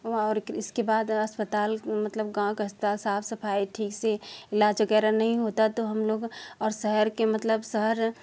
और के इसके बाद अस्पताल मतलब गाँव के अस्पताल साफ सफाई ठीक से इलाज वगैरह नहीं होता तो हम लोग और शहर के मतलब शहर